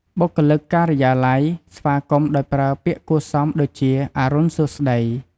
បុគ្គលិក ការិយាល័យ ស្វាគមន៍ដោយប្រើ ពាក្យគួរសមដូចជា “អរុណសួស្តី”។